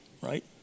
right